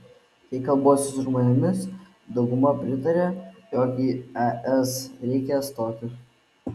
kai kalbuosi su žmonėmis dauguma pritaria jog į es reikia stoti